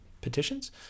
petitions